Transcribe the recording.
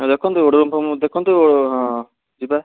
ଦେଖନ୍ତୁ ଗୋଟେ ରୁମ୍ଫୁମ୍ ଦେଖନ୍ତୁ ଯିବା